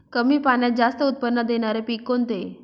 कमी पाण्यात जास्त उत्त्पन्न देणारे पीक कोणते?